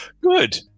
good